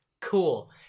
Cool